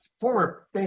former